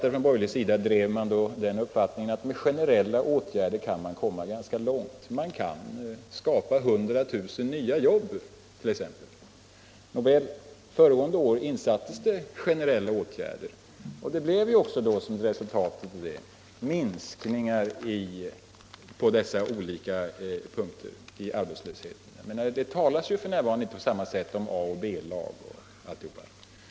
De borgerliga partierna hade den uppfattningen att man kunde komma ganska långt med generella åtgärder. Man kunde t.ex. skapa 100 000 nya jobb. Nåväl, föregående år insattes generella åtgärder, och resultatet blev också en minskad arbetslöshet. F.n. talas det inte på samma sätt om A-lag och B-lag.